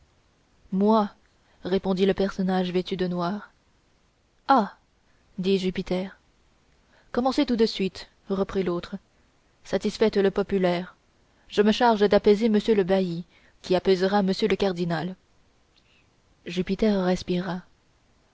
moi répondit le personnage vêtu de noir ah dit jupiter commencez tout de suite reprit l'autre satisfaites le populaire je me charge d'apaiser monsieur le bailli qui apaisera monsieur le cardinal jupiter respira